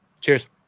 Cheers